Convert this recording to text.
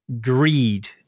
greed